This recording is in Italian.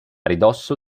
ridosso